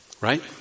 right